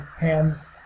hands